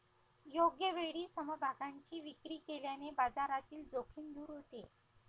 योग्य वेळी समभागांची विक्री केल्याने बाजारातील जोखीम दूर होते